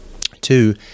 Two